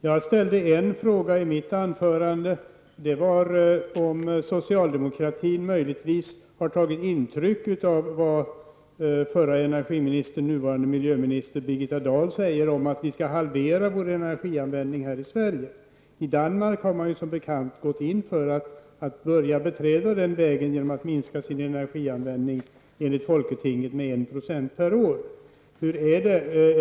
Fru talman! Jag ställde i mitt anförande en fråga om socialdemokratin möjligtvis tagit intryck av vad förra energiministern, nuvarande miljöministern, Birgitta Dahl sagt om att vi skall halvera vår energianvändning här i Sverige. I Danmark har man som bekant gått in för att beträda den vägen genom att enligt folketingsbeslut minska sin energianvändning med 1 % per år. Hur är det egentligen?